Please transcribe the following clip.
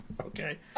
okay